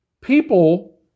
people